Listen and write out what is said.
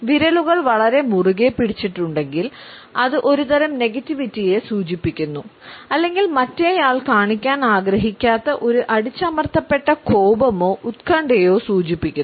വിരലുകൾ വളരെ മുറുകെ പിടിച്ചിട്ടുണ്ടെങ്കിൽ അത് ഒരുതരം നെഗറ്റീവിറ്റിയെ സൂചിപ്പിക്കുന്നു അല്ലെങ്കിൽ മറ്റേയാൾ കാണിക്കാൻ ആഗ്രഹിക്കാത്ത ഒരു അടിച്ചമർത്തപ്പെട്ട കോപമോ ഉത്കണ്ഠയോ സൂചിപ്പിക്കുന്നു